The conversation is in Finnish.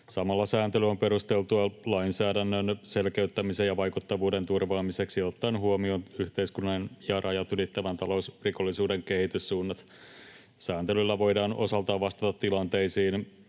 Samalla sääntely on perusteltua lainsäädännön selkeyttämisen ja vaikuttavuuden turvaamiseksi ottaen huomioon yhteiskunnan ja rajat ylittävän talousrikollisuuden kehityssuunnat. Sääntelyllä voidaan osaltaan vastata tilanteisiin,